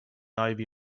ivy